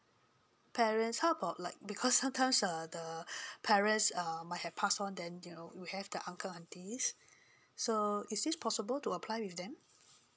parents how about like because sometimes uh the parents uh might have passed on then they will have the uncle aunties so is ithis possible to apply with them